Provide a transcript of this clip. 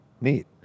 Neat